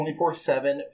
24-7